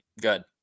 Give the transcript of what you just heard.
Good